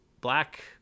black